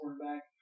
quarterback